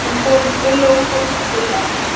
हमको उन लोगों को भी तो देना है